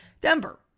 Denver